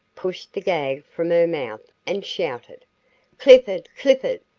pushed the gag from her mouth, and shouted clifford! clifford!